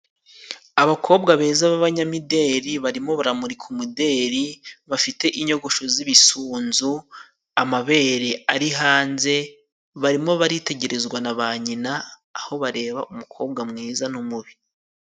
Abakobwa beza b'abanyamideli barimo baramurika umudeli, bafite inyogosho z'ibisunzu, amabere ari hanze. Barimo baritegerezwa na ba nyina aho bareba umukobwa mwiza n'umubi.